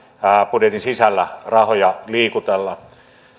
budjetin sisällä rahoja liikutellaan